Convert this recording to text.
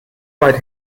weit